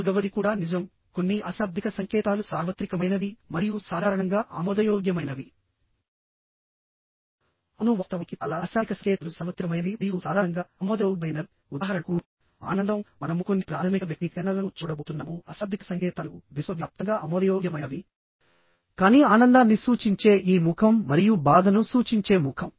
నాల్గవది కూడా నిజంకొన్ని అశాబ్దిక సంకేతాలు సార్వత్రికమైనవి మరియు సాధారణంగా ఆమోదయోగ్యమైనవి అవును వాస్తవానికి చాలా అశాబ్దిక సంకేతాలు సార్వత్రికమైనవి మరియు సాధారణంగా ఆమోదయోగ్యమైనవిఉదాహరణకు ఆనందం మనము కొన్ని ప్రాథమిక వ్యక్తీకరణలను చూడబోతున్నాము అశాబ్దిక సంకేతాలు విశ్వవ్యాప్తంగా ఆమోదయోగ్యమైనవికానీ ఆనందాన్ని సూచించే ఈ ముఖం మరియు బాధను సూచించే ముఖం